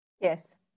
yes